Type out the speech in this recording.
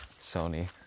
Sony